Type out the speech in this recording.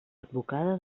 advocada